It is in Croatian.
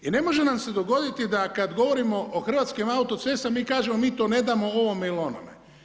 I ne može nam se dogoditi da kad govorimo o Hrvatskim autocestama mi kažemo mi to ne damo ovome ili onome.